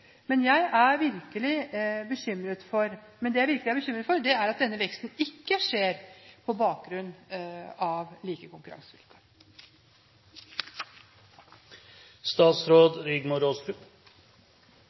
Men det jeg virkelig er bekymret for, er at denne veksten ikke skjer på bakgrunn av like konkurransevilkår.